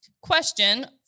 question